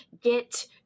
get